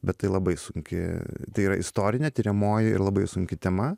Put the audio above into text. bet tai labai sunki tai yra istorinė tiriamoji ir labai sunki tema